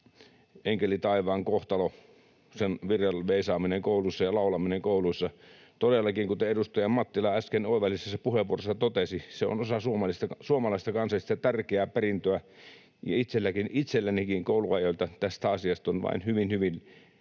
Enkeli taivaan kohtalo, näiden virsien veisaaminen kouluissa ja laulaminen kouluissa. Todellakin, kuten edustaja Mattila äsken oivallisessa puheenvuorossaan totesi, se on osa suomalaista, kansallisesti tärkeää perintöä, ja itsellänikin kouluajoilta tästä asiasta on vain hyvin, hyvin